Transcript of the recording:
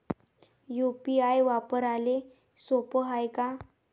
UPI वापराले सोप हाय का?